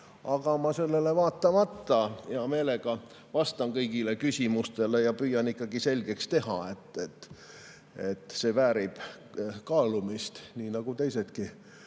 Aga sellele vaatamata ma hea meelega vastan kõigile küsimustele ja püüan selgeks teha, et see väärib kaalumist, nii nagu teisedki